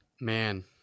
Man